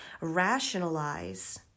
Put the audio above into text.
rationalize